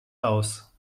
aus